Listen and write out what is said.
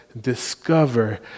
discover